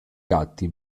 gatti